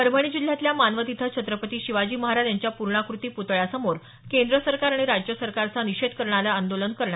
परभणी जिल्ह्यातल्या मानवत इथं छत्रपती शिवाजी महाराज यांच्या पूर्णाकृती पुतळ्यासमोर केंद्र सरकार आणि राज्य सरकारचा निषेध करणारं आदोलन झाल